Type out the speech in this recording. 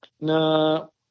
No